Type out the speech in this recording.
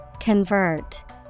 Convert